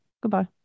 Goodbye